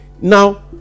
Now